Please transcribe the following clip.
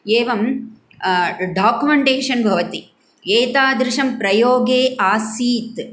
एवं डाकुमेण्टेशन् भवति एतादृशं प्रयोगे आसीत्